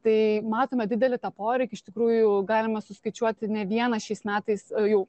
tai matome didelį tą poreikį iš tikrųjų galima suskaičiuoti ne vieną šiais metais jau